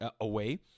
away